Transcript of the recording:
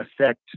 affect